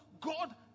God